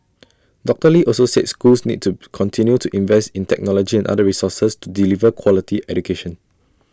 doctor lee also said schools need to continue to invest in technology and other resources to deliver quality education